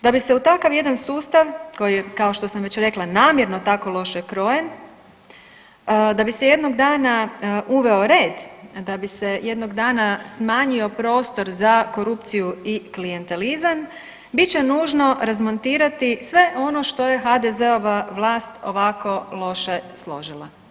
Da bi se u takav jedan sustav koji kao što sam rekla namjerno tako loše krojen, da bi se jednog dana uveo red, da bi se jednog dana smanjio prostor za korupciju i klijentelizam bit će nužno razmontirati sve ono što je HDZ-ova vlast ovako loše složila.